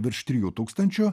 virš trijų tūkstančių